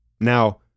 Now